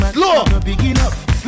Slow